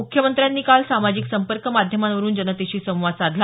मुख्यमंत्र्यांनी काल सामाजिक संपर्क माध्यमावरुन जनतेशी संवाद साधला